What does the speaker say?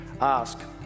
ask